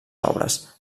obres